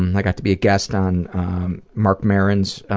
i got to be a guest on mark marin's